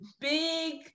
big